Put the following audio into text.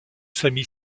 sammy